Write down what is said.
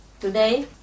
today